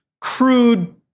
crude